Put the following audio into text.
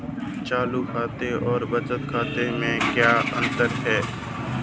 चालू खाते और बचत खाते में क्या अंतर है?